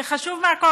זה חשוב מהכול.